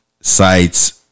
sites